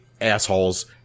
assholes